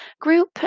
group